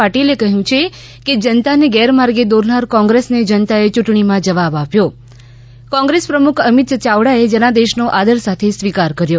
પાટીલે કહ્યું છે કે જનતાને ગેરમાર્ગે દોરનાર ક્રોંગ્રેસને જનતાએ યૂંટણીમાં જવાબ આપ્યો કોંગ્રેસ પ્રમુખ અમિત યાવડાએ જનાદેશનો આદર સાથે સ્વીકાર કર્યો